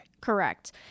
Correct